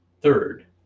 third